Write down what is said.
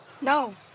No